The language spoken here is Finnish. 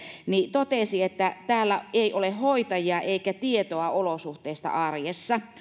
totesi että täällä ei ole hoitajia eikä tietoa olosuhteista arjessa